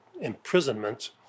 imprisonment